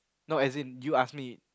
no as in you ask me